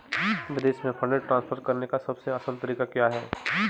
विदेश में fund transfer करने का सबसे आसान तरीका क्या है?